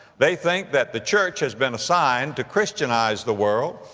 they think that the church has been assigned to christianize the world,